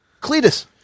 Cletus